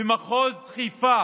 במחוז חיפה